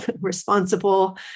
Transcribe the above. responsible